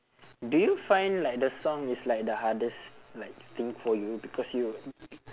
do you find like the song is like the hardest like thing for you because you